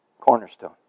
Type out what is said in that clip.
cornerstone